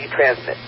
transmit